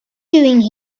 doing